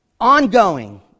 ongoing